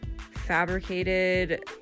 fabricated